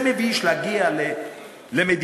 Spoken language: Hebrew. זה מביש להגיע למדינה,